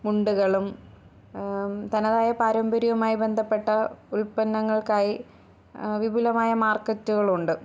മുണ്ടുകളും തനതായ പാരമ്പര്യവുമായി ബന്ധപ്പെട്ട ഉൽപ്പന്നങ്ങൾക്കായി വിപുലമായ മാർക്കറ്റുകളുണ്ട്